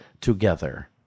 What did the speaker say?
together